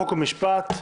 חוק ומשפט,